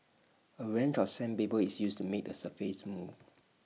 A range of sandpaper is used to make the surface smooth